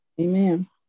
Amen